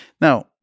Now